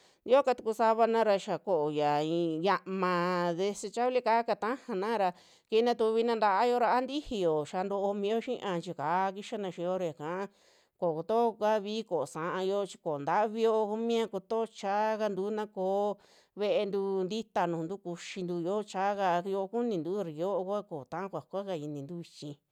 Yio katuku savaka ra xia ko'o xia i'i xiamaa desechableka kaa tajana ra kina tuvina ntao ra a tijiyo xaa ntoo mio xia chi ya ka'a kixa na xiyo ra yaka kokuto kuavi ko'o sa'a yoo, chi ko'o ntavi yoo ku mia kutoo chaakantu na koo ve'entu ntita nujuntu kuxintu xio chaka yoo kunintu ra ya yoo ko ta'a kuakua inintu vichi.